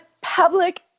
Public